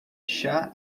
chá